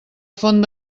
font